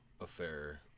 affair